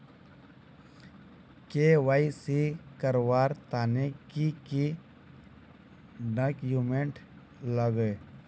KYC करवार तने की की डॉक्यूमेंट लागे?